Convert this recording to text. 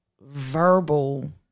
verbal